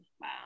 Wow